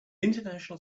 international